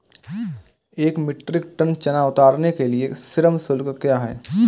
एक metric ton चना उतारने के लिए श्रम शुल्क क्या है?